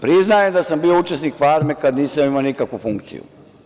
Priznajem da sam bio učesnik „Farme“ kad nisam imao nikakvu funkciju.